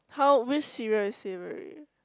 how which cereal is savoury